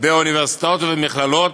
באוניברסיטאות ובמכללות,